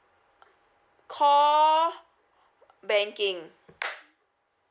call banking